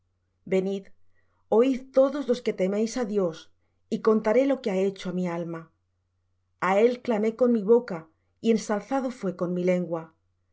venid oid todos los que teméis á dios y contaré lo que ha hecho á mi alma a él clamé con mi boca y ensalzado fué con mi lengua